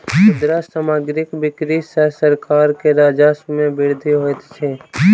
खुदरा सामग्रीक बिक्री सॅ सरकार के राजस्व मे वृद्धि होइत अछि